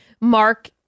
Mark